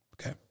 Okay